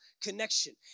connection